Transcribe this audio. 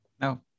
No